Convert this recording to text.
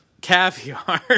caviar